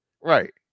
Right